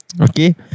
Okay